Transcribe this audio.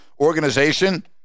organization